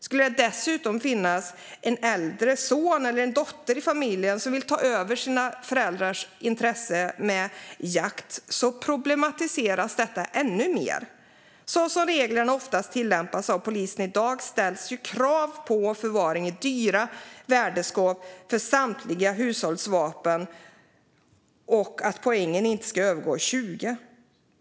Skulle det dessutom finnas en äldre son eller dotter i familjen som vill ta över sina föräldrars intresse för jakt problematiseras detta ännu mer. Som reglerna oftast tillämpas av polisen i dag ställs krav på förvaring i dyra värdeskåp för samtliga hushållsvapen, och poängen ska inte övergå 20.